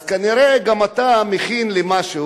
אז כנראה גם אתה מכין למשהו,